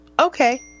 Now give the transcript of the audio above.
Okay